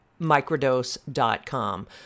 microdose.com